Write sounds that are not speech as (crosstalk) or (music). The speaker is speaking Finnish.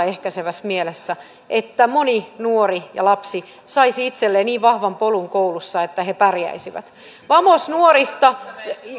(unintelligible) ehkäisevässä mielessä että moni nuori ja lapsi saisi itselleen niin vahvan polun koulussa että he pärjäisivät vamos nuorista